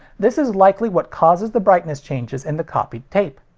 this is likely what causes the brightness changes in the copied tape.